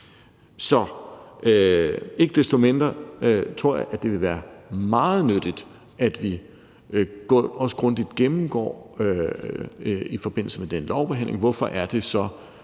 Ikke desto mindre tror jeg, at det vil være meget nyttigt, at vi også grundigt gennemgår, i forbindelse med den lovbehandling, hvorfor det